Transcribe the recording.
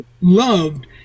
loved